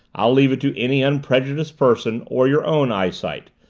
i'll leave it to any unprejudiced person or your own eyesight.